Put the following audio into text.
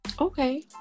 okay